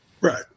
Right